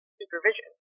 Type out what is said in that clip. supervision